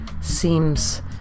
seems